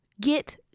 get